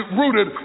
rooted